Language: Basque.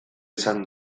izan